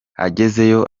agezeyo